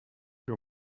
your